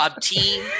team